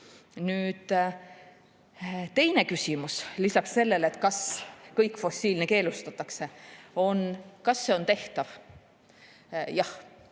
Teine küsimus lisaks sellele, kas kõik fossiilne keelustatakse, on see, kas see on tehtav. Jah,